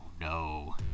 no